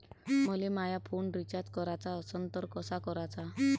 मले माया phone recharge कराचा असन तर कसा कराचा?